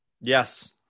Yes